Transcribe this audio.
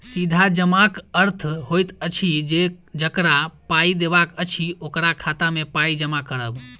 सीधा जमाक अर्थ होइत अछि जे जकरा पाइ देबाक अछि, ओकरा खाता मे पाइ जमा करब